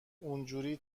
اونجوری